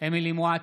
אמילי חיה מואטי,